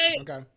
Okay